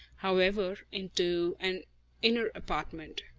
however, into an inner apartment.